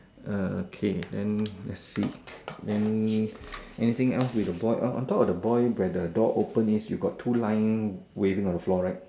err okay then switch then anything else with the boy oh on top of the boy where the door open is you got two line waving on the floor right